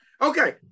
Okay